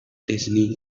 disney